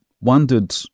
wondered